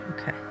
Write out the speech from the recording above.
Okay